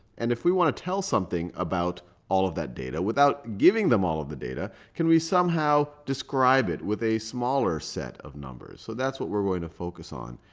and if we want to tell something about all of that data without giving them all of the data, can we somehow describe it with a smaller set of numbers? so that's what we're going to focus on.